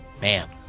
Man